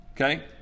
Okay